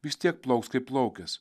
vis tiek plauks kaip plaukęs